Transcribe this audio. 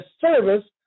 service